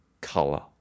color